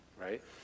right